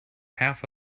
half